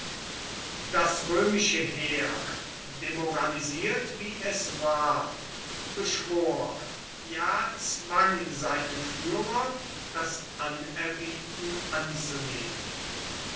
das römische heer demoralisiert wie es war beschwor ja zwang seinen führer das anerbieten anzunehmen